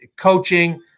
coaching